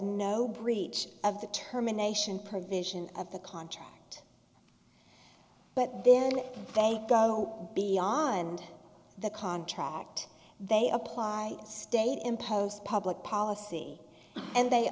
no breach of the terminations provision of the contract but then they go beyond the contract they apply state imposed public policy and they